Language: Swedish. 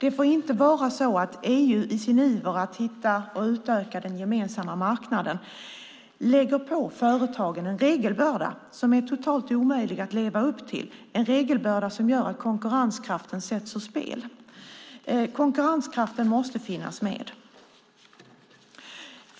EU får inte, i sin iver att hitta och utöka den gemensamma marknaden, lägga på företagen en regelbörda som är totalt omöjlig att leva upp till och som gör att konkurrenskraften sätts ur spel. Konkurrenskraften måste finnas med.